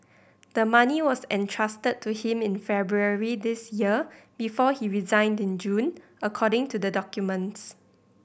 the money was entrusted to him in February this year before he resigned in June according to the documents